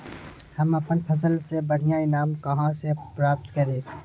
हम अपन फसल से बढ़िया ईनाम कहाँ से प्राप्त करी?